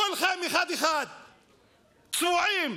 כולכם אחד-אחד, צועקים,